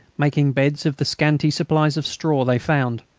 making beds of the scanty supplies of straw they found,